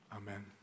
Amen